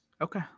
Okay